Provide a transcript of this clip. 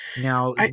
Now